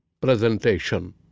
presentation